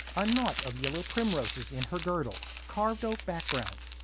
a knot of yellow primroses in her girdle, carved-oak background,